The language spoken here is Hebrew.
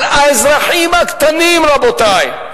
על האזרחים הקטנים, רבותי,